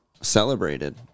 celebrated